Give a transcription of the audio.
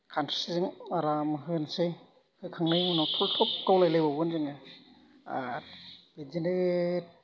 खानस्रिजों आराम होनोसै होखांनायनि उनाव थल्थब गावलायलायबावगोन जोङो आरो बिदिनो